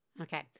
Okay